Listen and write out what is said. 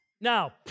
Now